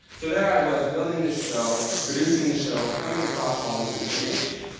so there i was, building this show, producing the show, and coming across all this information.